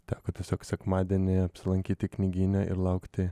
teko tiesiog sekmadienį apsilankyti knygyne ir laukti